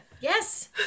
Yes